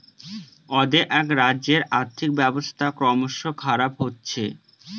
অ্দেআক রাজ্যের আর্থিক ব্যবস্থা ক্রমস খারাপ হচ্ছে